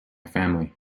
family